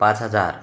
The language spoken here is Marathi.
पाच हजार